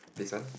this one